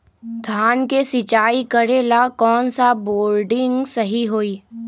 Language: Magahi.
धान के सिचाई करे ला कौन सा बोर्डिंग सही होई?